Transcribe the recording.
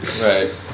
Right